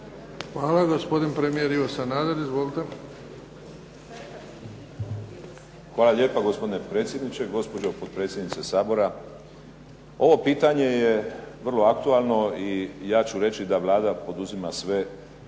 Hvala. Gospodin premijer Ivo Sanader. Izvolite. **Sanader, Ivo (HDZ)** Hvala lijepa gospodine predsjedniče, gospođo potpredsjednice Sabora. Ovo pitanje je vrlo aktualno i ja ću reći da Vlada poduzima sve